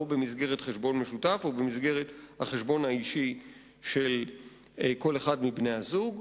או במסגרת חשבון משותף או במסגרת החשבון האישי של כל אחד מבני-הזוג.